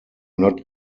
not